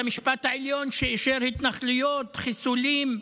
בית המשפט העליון, שאישר התנחלויות, חיסולים,